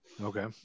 okay